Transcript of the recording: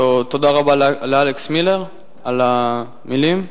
תודה רבה לאלכס מילר על המלים.